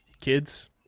kids